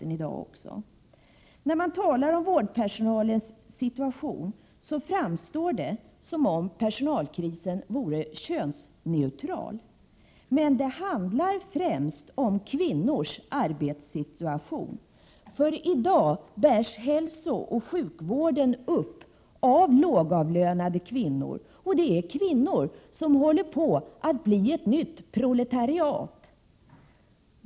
När man talar om vårdpersonalens situation framstår det som om personalkrisen vore könsneutral. Men det handlar främst om kvinnors arbetssituation, för i dag bärs hälsooch sjukvården upp av lågavlönade kvinnor. Det är kvinnor som är på väg att bli ett nytt proletariat.